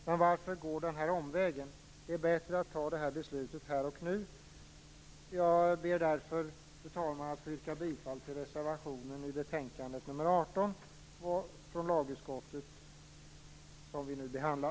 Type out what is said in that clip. Men varför gå denna omväg? Det är bättre att fatta det beslutet här och nu. Fru talman! Jag ber därför att få yrka bifall till reservationen i betänkandet nr 18 från lagutskottet, som vi nu behandlar.